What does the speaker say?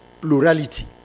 plurality